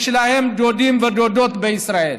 יש להם דודים ודודות בישראל.